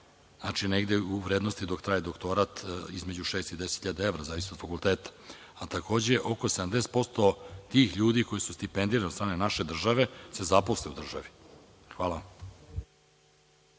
sredstva u vrednosti dok traje doktorat između šest i 10 hiljada evra, u zavisnosti od fakulteta, a takođe oko 70% tih ljudi koji su stipendirani od strane naše države se zaposli u državi. Hvala.